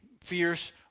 fierce